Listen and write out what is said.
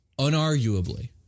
unarguably